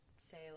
say